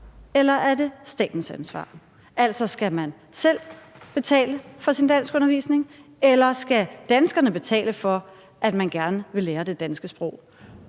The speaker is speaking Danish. eller om det er statens ansvar. Altså, skal man selv betale for sin danskundervisning, eller skal danskerne betale for, at man gerne vil lære det danske sprog?